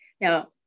Now